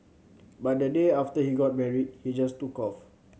but the day after he got married he just took off